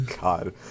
God